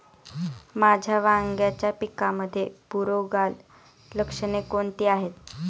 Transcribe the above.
माझ्या वांग्याच्या पिकामध्ये बुरोगाल लक्षणे कोणती आहेत?